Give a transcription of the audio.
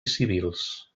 civils